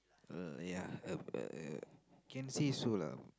uh ya uh uh uh can say so lah